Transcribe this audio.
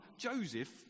Joseph